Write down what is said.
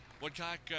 Woodcock